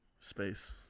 Space